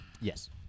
Yes